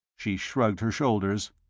she shrugged her shoulders.